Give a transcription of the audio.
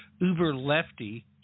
uber-lefty